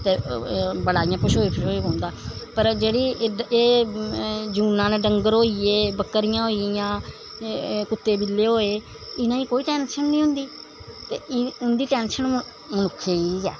ते बड़ा इ'यां पसोई पसोई बौंह्दा पर जेह्ड़ी एह् जूनां न डंगर होई गे बक्करियां होई गेइयां एह् कुत्ते बिल्ले होए इनेंगी कोई टैंशन निं होंदी ते इं'दी टैंशन मनुक्खै गी गै ऐ